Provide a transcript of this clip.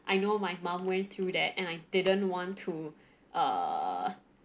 I know my mom went through that and I didn't want to err